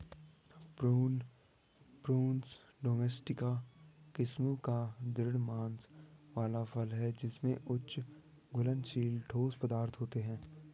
prune, Prunus domestica किस्मों का दृढ़ मांस वाला फल है जिसमें उच्च घुलनशील ठोस पदार्थ होते हैं